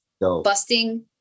busting